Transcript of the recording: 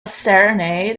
serenade